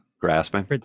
grasping